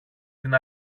την